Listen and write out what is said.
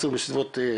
משהו בסביבות אפריל,